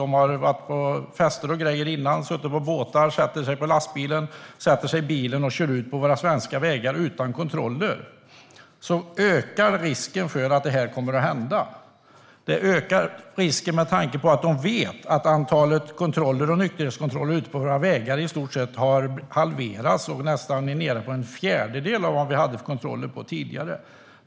De har druckit på fester och båtar innan de sätter sig i lastbilen eller bilen och kör ut på våra svenska vägar utan kontroller. Risken för olyckor ökar eftersom de vet att antalet nykterhetskontroller ute på våra vägar är nere på nästan en fjärdedel av antalet kontroller vi hade tidigare.